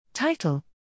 Title